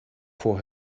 for